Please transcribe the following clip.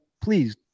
please